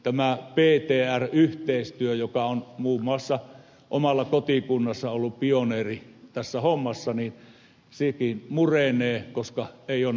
tämä ptr yhteistyö jossa muun muassa oma kotikuntani ollut pioneeri tässä hommassa sekin murenee koska ei ole näitä työntekijöitä